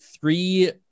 three